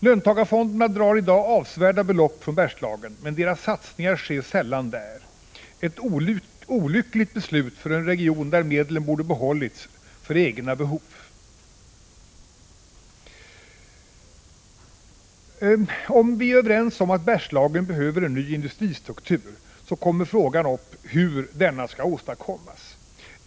Löntagarfonderna drar i dag avsevärda belopp från Bergslagen, men deras satsningar sker sällan där. Det var ett olyckligt beslut för en region där medlen borde behållits för egna behov. Om vi är överens om att Bergslagen behöver en ny industristruktur, kommer frågan upp hur denna skall åstadkommas.